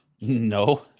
no